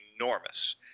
enormous